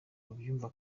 babyumva